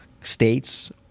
states